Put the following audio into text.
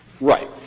Right